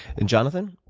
and jonathan?